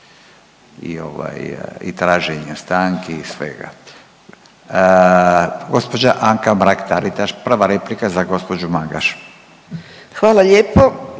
i traženja stanki i svega. Gospođa Anka Mrak-Taritaš, prva replika za gospođu Magaš.